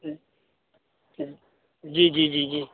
جی جی جی جی